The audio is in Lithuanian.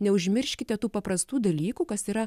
neužmirškite tų paprastų dalykų kas yra